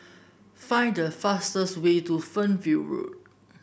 find the fastest way to Fernvale Road